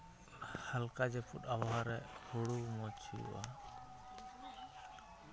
ᱦᱟᱞᱠᱟ ᱡᱟᱹᱯᱩᱫ ᱟᱵᱚᱦᱟᱣᱟ ᱨᱮ ᱦᱩᱲᱩ ᱢᱚᱡᱽ ᱦᱩᱭᱩᱜᱼᱟ